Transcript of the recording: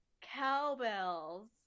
Cowbells